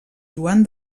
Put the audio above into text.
joan